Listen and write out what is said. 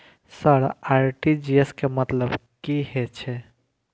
Sir RTGS के मतलब की हे छे?